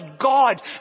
God